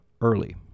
early